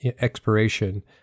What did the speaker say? expiration